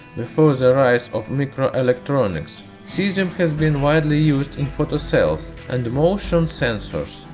before the rise of micro electronics, cesium has been widely used in photocells and motion sensors.